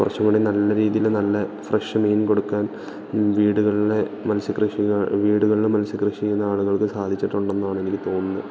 കുറച്ചുംകൂടി നല്ല രീതിയിൽ നല്ല ഫ്രഷ് മീൻ കൊടുക്കാൻ വീടുകളിലെ മത്സ്യകൃഷികൾ വീടുകളിൽ മത്സ്യകൃഷി ചെയ്യുന്ന ആളുകൾക്ക് സാധിച്ചിട്ടുണ്ടെന്നാണ് എനിക്ക് തോന്നുന്നത്